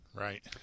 Right